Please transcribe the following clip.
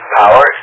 power